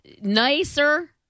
nicer